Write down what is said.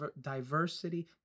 diversity